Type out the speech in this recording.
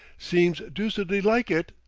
seems deucedly like it,